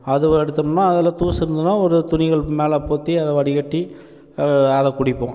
அது எடுத்தோம்னா அதில் தூசு இருந்துதுன்னா ஒரு துணிகள் மேலே போத்தி அதை வடிகட்டி அதை குடிப்போம்